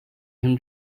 him